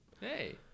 Hey